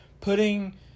putting